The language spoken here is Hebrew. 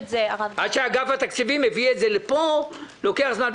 עד שאגף התקציבים מביא את זה לפה לוקח זמן,